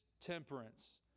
temperance